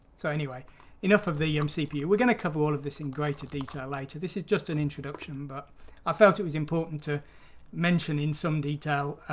so anyway enough of the um cpu. we're going to cover all of this in greater detail later. this is just an introduction, but i felt it was important to mention in some detail